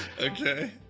Okay